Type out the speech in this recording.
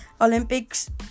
Olympics